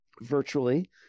virtually